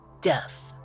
death